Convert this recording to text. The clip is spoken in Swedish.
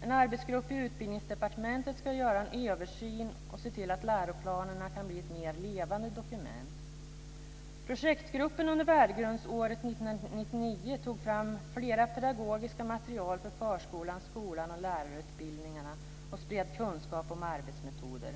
En arbetsgrupp i Utbildningsdepartementet ska göra en översyn av läroplanerna och se till att de kan bli mer levande dokument. Projektgruppen under värdegrundsåret 1999 tog fram flera pedagogiska material för förskolan, skolan och lärarutbildningarna och spred kunskap om arbetsmetoder.